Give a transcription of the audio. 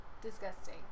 disgusting